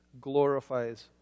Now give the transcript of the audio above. glorifies